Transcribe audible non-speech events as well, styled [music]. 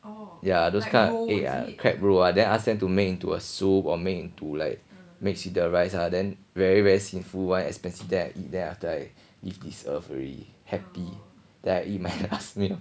yeah those kind of crab roe ah then ask them to make into a soup or make into like mix with the rice ah then very very sinful one expensive then I eat then I after I eat [noise] already happy then I eat my last meal